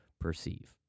perceive